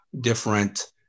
different